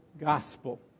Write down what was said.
gospel